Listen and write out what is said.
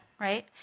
right